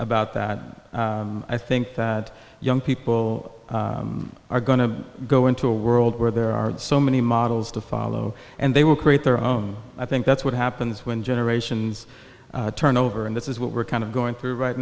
about that i think that young people are going to go into a world where there are so many models to follow and they will create their own i think that's what happens when generations turn over and this is what we're kind of going through right